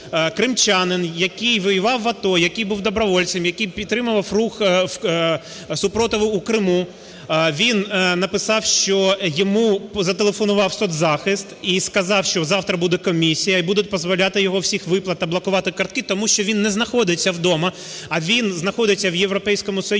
кримчанин, який воював в АТО, який був добровольцем, який підтримував рух спротиву в Криму, він написав, що йому зателефонував соцзахист і сказав, що завтра буде комісія і будуть позбавляти його всіх виплат та блокувати картки, тому що він не знаходиться дома, а він знаходиться в Європейському Союзі,